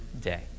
day